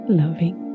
loving